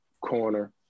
corner